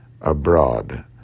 abroad